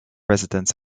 residents